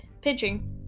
pitching